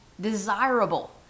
desirable